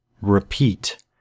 Repeat